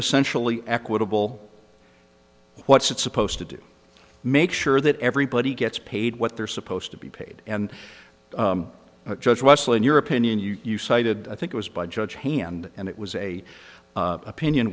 essentially equitable what's that supposed to do make sure that everybody gets paid what they're supposed to be paid and judge russell in your opinion you cited i think it was by judge hand and it was a opinion